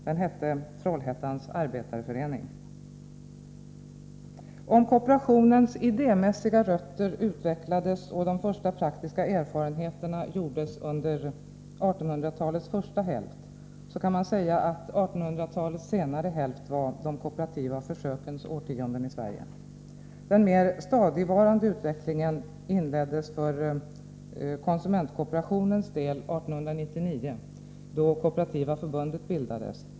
Den hette Trollhättans arbetareförening. erfarenheterna gjordes under 1800-talets första hälft, så kan man säga att 1800-talets senare hälft var de kooperativa försökens årtionden i Sverige. Den mera stadigvarande utvecklingen inleddes för konsumentkooperationens del 1899, då Kooperativa Förbundet bildades.